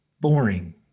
boring